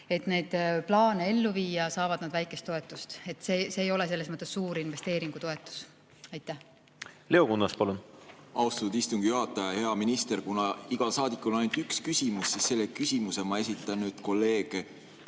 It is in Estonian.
et neid plaane ellu viia, saavad nad väikest toetust. See ei ole selles mõttes suur investeeringutoetus. Leo Kunnas, palun! Leo Kunnas, palun! Austatud istungi juhataja! Hea minister! Kuna igal saadikul on ainult üks küsimus, siis selle küsimuse ma esitan nüüd kolleeg